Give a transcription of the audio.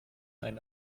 ein